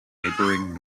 neighboring